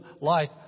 life